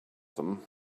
them